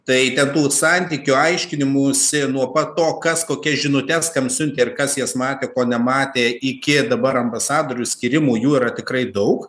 tai ten tų santykių aiškinimųsi nuo pat to kas kokias žinutes kam siuntė ir kas jas matė ko nematė iki dabar ambasadorius tyrimų jūra tikrai daug